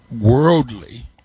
worldly